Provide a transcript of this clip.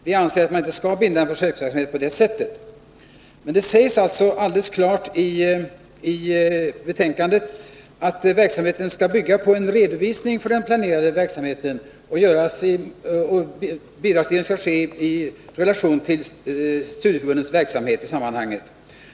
Vi anser att man inte skall binda en försöksverksamhet på det sättet, men det sägs alldeles klart i betänkandet att verksamheten skall bygga på en redogörelse för den planerade verksamheten, och bidragstilldelningen skall ske i relation till studieförbundens verksamhet i sammanhanget.